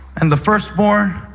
and the firstborn